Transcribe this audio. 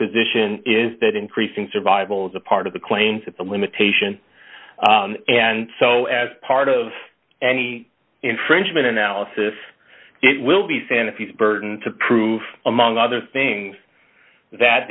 position is that increasing survival is a part of the claims at the limitation and so as part of any infringement analysis it will be santa's fees burden to prove among other things that